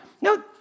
no